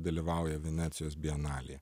dalyvauja venecijos bienalėje